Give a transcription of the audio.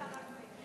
מי ברז,